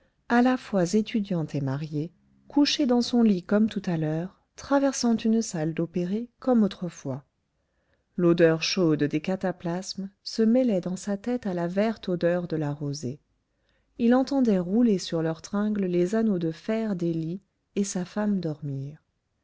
à la fois étudiant et marié couché dans son lit comme tout à l'heure traversant une salle d'opérés comme autrefois l'odeur chaude des cataplasmes se mêlait dans sa tête à la verte odeur de la rosée il entendait rouler sur leur tringle les anneaux de fer des lits et sa femme dormir